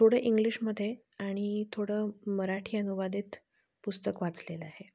थोडं इंग्लिशमध्ये आणि थोडं मराठी अनुवादित पुस्तक वाचलेलं आहे